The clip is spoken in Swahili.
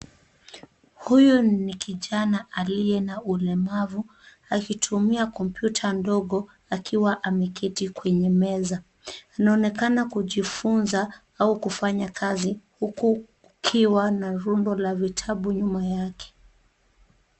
Huyu ni kijana aliye na ulemavu akitumia kompyuta ndogo akiwa ameketi kwenye meza. Anaonekana kujifunza au kufanya kazi huku kukiwa na rundo la vitabu nyuma yake.